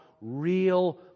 real